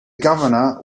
governor